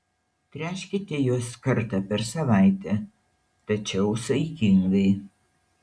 tręškite juos kartą per savaitę tačiau saikingai